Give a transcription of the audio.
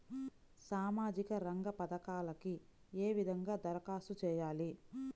సామాజిక రంగ పథకాలకీ ఏ విధంగా ధరఖాస్తు చేయాలి?